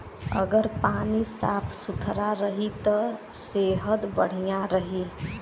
अगर पानी साफ सुथरा रही त सेहत बढ़िया रही